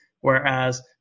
whereas